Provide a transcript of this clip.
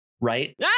Right